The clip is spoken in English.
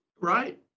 right